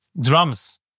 drums